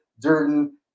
Durden